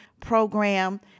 program